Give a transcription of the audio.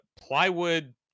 plywood